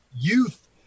youth